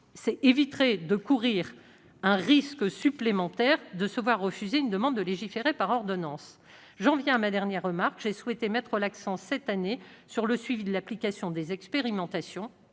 Cela éviterait de courir un risque supplémentaire de se voir refuser une demande de légiférer par ordonnances. J'ai souhaité mettre l'accent cette année sur le suivi de l'application des expérimentations,